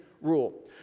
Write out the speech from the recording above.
rule